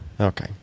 Okay